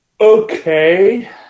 Okay